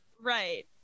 right